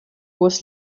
was